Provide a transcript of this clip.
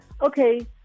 okay